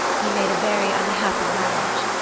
he made a very unhappy marriage.